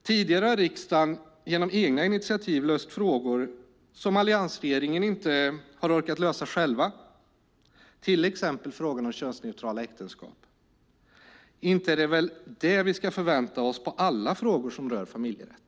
Tidigare har riksdagen genom egna initiativ löst frågor som alliansregeringen inte har orkat lösa själv, till exempel frågan om könsneutrala äktenskap. Inte är det väl det vi ska förvänta oss på alla frågor som rör familjerätten?